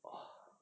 !wah!